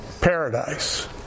paradise